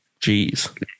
Jeez